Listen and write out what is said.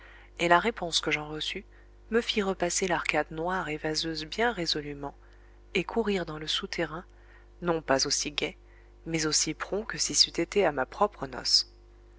et la réponse que j'en reçus me fit repasser l'arcade noire et vaseuse bien résolûment et courir dans le souterrain non pas aussi gai mais aussi prompt que si c'eût été à ma propre noce